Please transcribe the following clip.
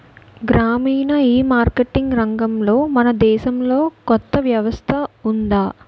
గ్రామీణ ఈమార్కెటింగ్ రంగంలో మన దేశంలో కొత్త వ్యవస్థ ఉందా?